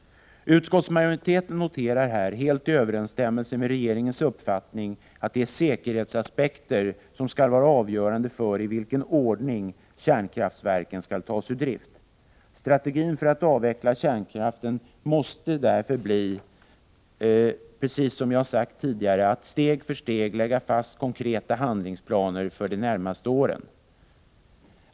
Utskottsmajoriteten noterar här, helt i överensstämmelse med regeringens uppfattning, att det är säkerhetsaspekter som skall vara avgörande för i vilken ordning kärnkraftverken skall tas ur drift. Strategin för att avveckla kärnkraften måste därför bli, precis som jag har sagt tidigare, att steg för steg lägga fast konkreta handlingsplaner för de närmaste åren.